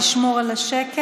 נא לשמור על השקט.